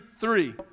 three